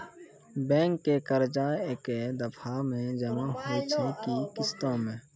Bank के कर्जा ऐकै दफ़ा मे जमा होय छै कि किस्तो मे?